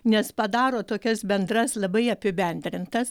nes padaro tokias bendras labai apibendrintas